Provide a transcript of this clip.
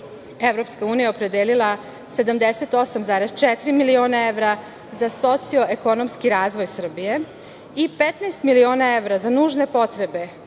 Evropska unija je opredelila 78,4 miliona evra za socioekonomski razvoj Srbije i 15 miliona evra za nužne potrebe